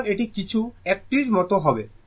সুতরাং এটি কিছু একটির মতো হবে